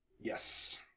yes